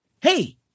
Hey